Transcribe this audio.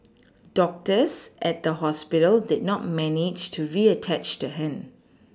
doctors at the hospital did not manage to reattach the hand